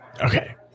Okay